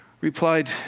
replied